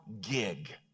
gig